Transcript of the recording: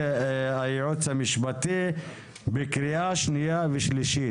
הייעוץ המשפטי בקריאה שנייה ושלישית.